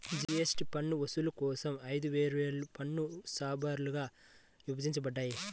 GST పన్ను వసూలు కోసం ఐదు వేర్వేరు పన్ను స్లాబ్లుగా విభజించబడ్డాయి